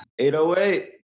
808